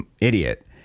idiot